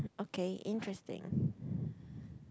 okay interesting